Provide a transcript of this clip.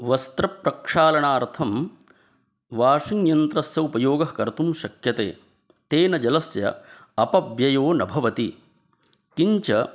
वस्त्रप्रक्षालणार्थं वाशिङ्ग्यन्त्रस्य उपयोगं कर्तुं शक्यते तेन जलस्य अपव्ययो न भवति किञ्च